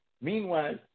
meanwhile